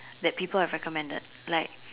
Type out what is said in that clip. that people have recommended